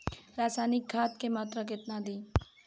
रसायनिक खाद के मात्रा केतना दी?